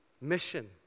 mission